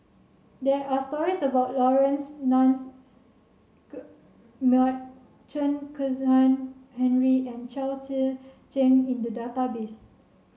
there are stories about Laurence Nunns Chen Kezhan Henri and Chao Tzee Cheng in the database